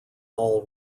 all